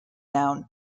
noun